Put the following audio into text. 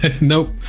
Nope